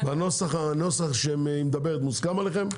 הנוסח שהיא מדברת עליו מוסכם עליכם?